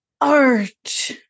art